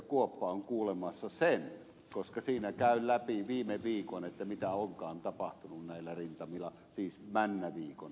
kuoppa on kuulemassa sen koska siinä käyn läpi viime viikon mitä onkaan tapahtunut näillä rintamilla siis männä viikon aikana